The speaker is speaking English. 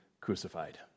crucified